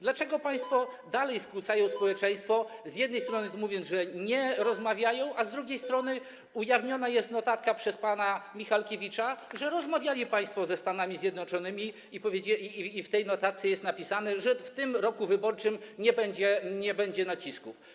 Dlaczego państwo dalej skłócają społeczeństwo, z jednej strony mówią, że nie rozmawiają, a z drugiej strony ujawniona jest przez pana Michalkiewicza notatka, że rozmawiali państwo ze Stanami Zjednoczonymi, i w tej notatce jest napisane, że w tym roku wyborczym nie będzie nacisków?